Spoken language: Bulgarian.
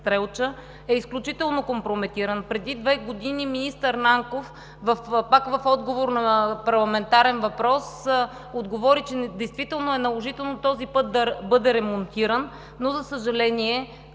е изключително компрометиран. Преди две години министър Нанков пак в отговор на парламентарен въпрос отговори, че действително е наложително този път да бъде ремонтиран, но, за съжаление,